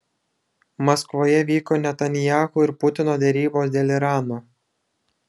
maskvoje vyko netanyahu ir putino derybos dėl irano